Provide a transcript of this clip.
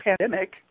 pandemic